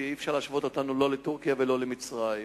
ואי-אפשר להשוות אותנו לא לטורקיה ולא למצרים.